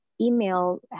email